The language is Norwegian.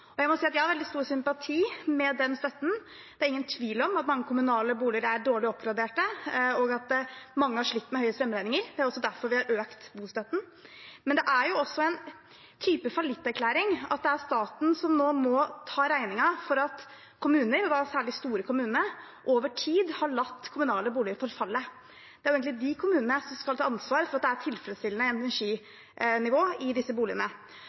Jeg må si at jeg har stor sympati for den støtten. Det er ingen tvil om at mange kommunale boliger er dårlig oppgradert, og at mange har slitt med høye strømregninger. Det er også derfor vi har økt bostøtten. Men det er jo en type fallitterklæring at det nå er staten som må ta regningen for at kommuner, og særlig de store kommunene, over tid har latt kommunale boliger forfalle. Det er egentlig de kommunene som skal ta ansvar for at det er tilfredsstillende energinivå i disse boligene.